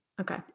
okay